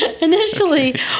Initially